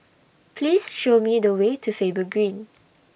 Please Show Me The Way to Faber Green